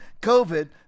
COVID